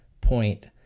point